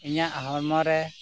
ᱤᱧᱟᱹᱜ ᱦᱚᱲᱢᱚ ᱨᱮ